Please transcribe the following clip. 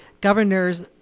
governor's